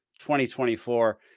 2024